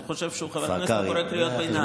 חושב שהוא חבר כנסת והוא קורא קריאות ביניים.